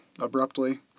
abruptly